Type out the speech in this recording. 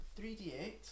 3d8